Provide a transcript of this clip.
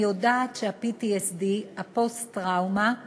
אני יודעת ש-PTSD, פוסט-טראומה,